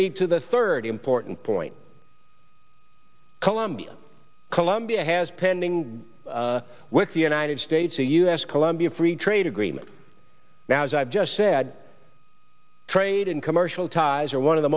me to the third important point colombia colombia has pending with the united states a u s colombia free trade agreement now as i've just said trade and commercial ties are one of the